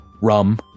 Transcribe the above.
rum